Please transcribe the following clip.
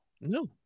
No